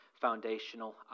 foundational